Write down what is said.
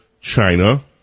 China